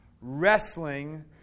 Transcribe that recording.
Wrestling